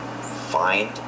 find